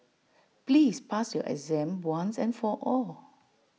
please pass your exam once and for all